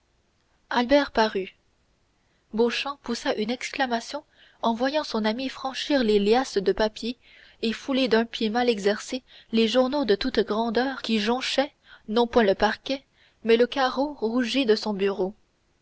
albert parut beauchamp poussa une exclamation en voyant son ami franchir les liasses de papier et fouler d'un pied mal exercé les journaux de toutes grandeurs qui jonchaient non point le parquet mais le carreau rougi de son bureau